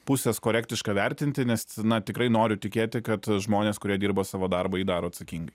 pusės korektiška vertinti nes na tikrai noriu tikėti kad žmonės kurie dirba savo darbą jį daro atsakingai